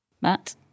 Matt